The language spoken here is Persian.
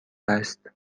است